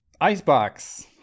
icebox